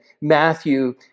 Matthew